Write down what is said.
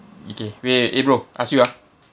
okay wait eh bro ask you ah